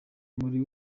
buri